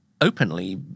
openly